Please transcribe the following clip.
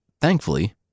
thankfully